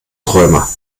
träumer